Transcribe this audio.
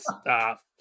stop